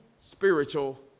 spiritual